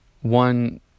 one